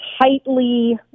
tightly